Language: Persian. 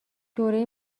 دوره